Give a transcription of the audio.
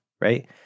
right